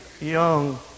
young